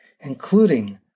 including